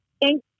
thank